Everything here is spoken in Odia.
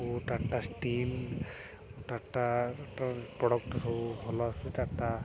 ଓ ଟାଟା ଷ୍ଟିଲ୍ ଟାଟା ପ୍ରଡ଼କ୍ଟ ସବୁ ଭଲ ଆସୁ ଟାଟା